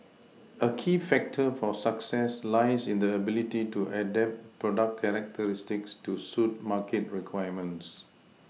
a key factor for success lies in the ability to adapt product characteristics to suit market requirements